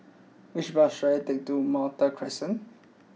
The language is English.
which bus should I take to Malta Crescent